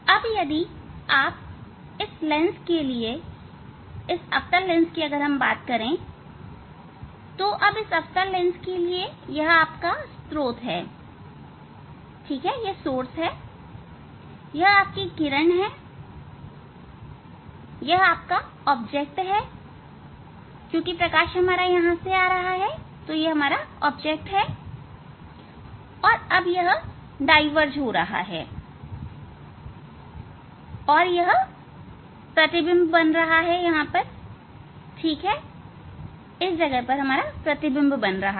अब यदि आप इस लेंस के लिए इस अवतल लेंस की बात करें इस अवतल लेंस के लिए यह स्रोत है यह स्त्रोत है यह किरण है यह वस्तु है क्योंकि प्रकाश यहां से आ रहा है और तब यह डाईवर्ज हो रहा है और यह प्रतिबिंब बना रहे हैं ठीक है यह प्रतिबिंब यहां बना रहे हैं